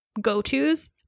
go-to's